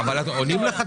עונים לך תשובה.